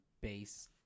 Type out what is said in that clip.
base